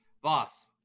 Boss